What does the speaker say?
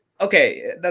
okay